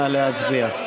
נא להצביע.